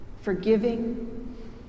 Forgiving